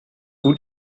gut